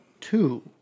two